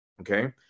Okay